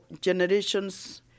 generations